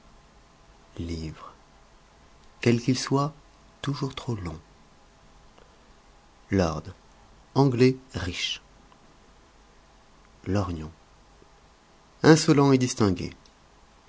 livre quel qu'il soit toujours trop long lord anglais riche lorgnon insolent et distingué